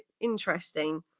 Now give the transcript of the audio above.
interesting